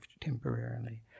temporarily